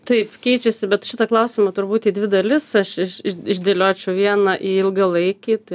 taip keičiasi bet šitą klausimą turbūt į dvi dalis aš iš iš išdėliočiau vieną į ilgalaikį tai